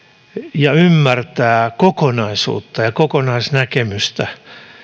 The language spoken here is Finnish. ja ymmärtää kokonaisuutta ja kokonaisnäkemystä